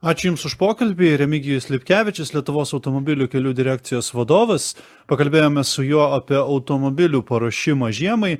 ačiū jums už pokalbį remigijus lipkevičius lietuvos automobilių kelių direkcijos vadovas pakalbėjome su juo apie automobilių paruošimą žiemai